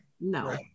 no